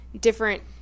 different